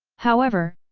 however,